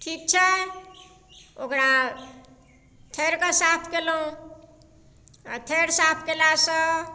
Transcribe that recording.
ठीक छै ओकरा थैरके साफ केलहुॅं आ थैर साफ केला सऽ